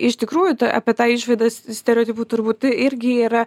iš tikrųjų tą apie tą išvadas stereotipų turbūt irgi yra